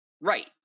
Right